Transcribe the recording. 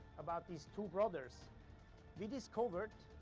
about these two brothers we discovered,